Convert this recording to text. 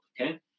Okay